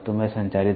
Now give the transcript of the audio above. तो मैं संचारित